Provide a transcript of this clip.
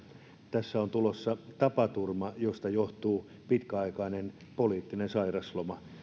tässä on tulossa tapaturma josta johtuu pitkäaikainen poliittinen sairasloma